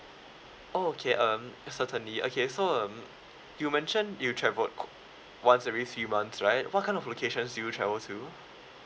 oh okay um certainly okay so um you mentioned you travelled once every few months right what kind of locations do you travel to